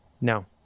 no